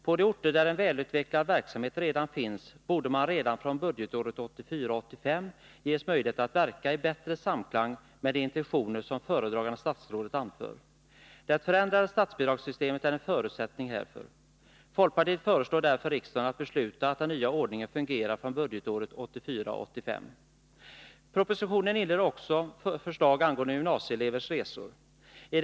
På de orter där en välutvecklad verksamhet redan finns borde man redan från budgetåret 1984 85.